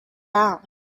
down